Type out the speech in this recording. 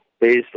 based